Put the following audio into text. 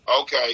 okay